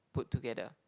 put together